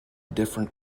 different